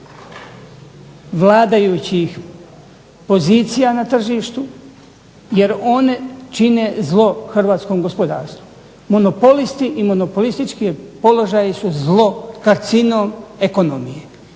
vladajućih pozicija na tržištu. Jer one čine zlo hrvatskom gospodarstvu. Monopolisti i monopolistički položaji su zlo, karcinom ekonomije